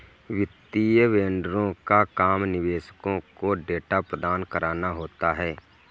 वित्तीय वेंडरों का काम निवेशकों को डेटा प्रदान कराना होता है